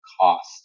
cost